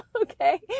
okay